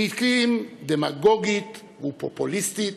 לעתים דמגוגית ופופוליסטית,